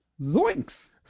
Zoinks